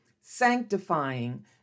sanctifying